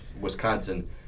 Wisconsin